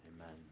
amen